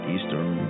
Eastern